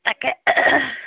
তাকে